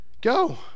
go